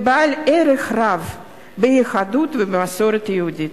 ובעל ערך רב ביהדות ובמסורת היהודית.